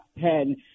ten